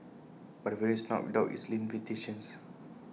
but the venue is not without its limitations